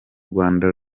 rwanda